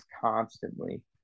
constantly